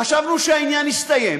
חשבנו שהעניין הסתיים,